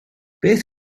beth